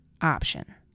option